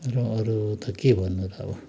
र अरू त के भन्नु र अब